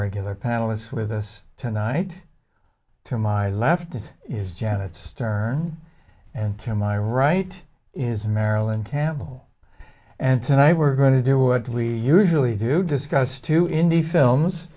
regular panelists with us tonight to my left is janet stern and to my right is marilyn temple and tonight we're going to do what we usually do discuss two indie films